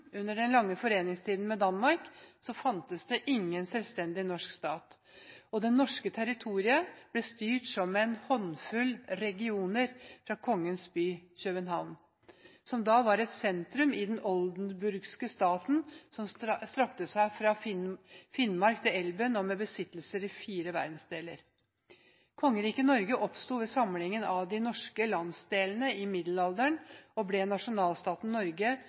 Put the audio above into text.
under den lange foreningstiden med Danmark, fantes det ingen selvstendig norsk stat. Det norske territoriet ble styrt som en håndfull regioner fra Kongens by, København, som da var et sentrum i den oldenburgske staten, som strakte seg fra Finnmark til Elben med besittelser i fire verdensdeler. Kongeriket Norge oppsto ved samlingen av de norske landsdelene i middelalderen og ble nasjonalstaten Norge